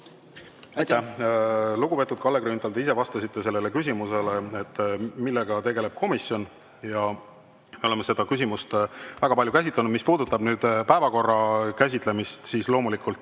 lugupeetud Kalle Grünthal! Te ise vastasite küsimusele, millega tegeleb komisjon. Me oleme seda küsimust väga palju käsitlenud. Mis puudutab päevakorra käsitlemist, siis loomulikult